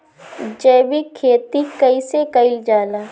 जैविक खेती कईसे कईल जाला?